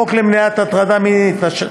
36. חוק למניעת הטרדה מינית,